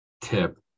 tip